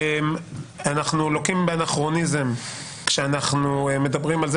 אנחנו לוקים באנכרוניזם כשאנחנו מדברים על זה